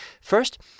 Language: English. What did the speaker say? First